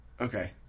Okay